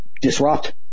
disrupt